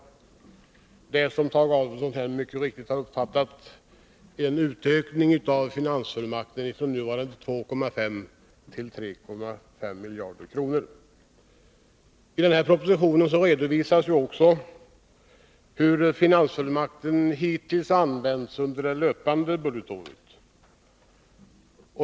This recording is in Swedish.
Detta innebär, som Tage Adolfsson mycket riktigt har uppfattat, en ökning av finansfullmakten från nuvarande 2,5 till 3,5 miljarder. I propositionen redovisas också hur finansfullmakten hittills använts under det löpande budgetåret.